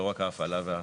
לא רק ההפעלה וההחזקה.